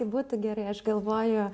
būtų gerai aš galvoju